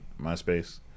MySpace